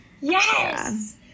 Yes